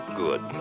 good